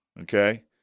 okay